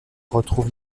retrouve